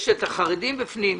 יש את החרדים בפנים.